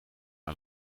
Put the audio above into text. een